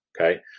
okay